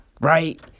Right